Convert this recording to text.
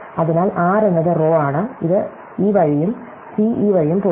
അതിനാൽ r എന്നത് row ആണ് ഇത് ഈ വഴിയും c ഈ വഴിയും പോകുന്നു